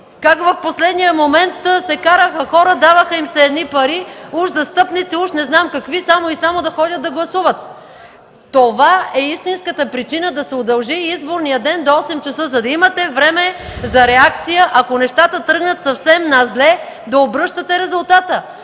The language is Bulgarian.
как в последния момент се караха хора, даваха им се едни пари – уж застъпници, уж не знам какви, само и само да ходят да гласуват. Това е истинската причина да се удължи изборният ден до осем часа, за да имате време за реакция, ако нещата тръгнат съвсем на зле да обръщате резултата,